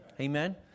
Amen